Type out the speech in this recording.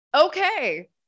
Okay